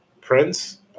Prince